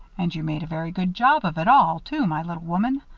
and you made a very good job of it all, too, my little woman.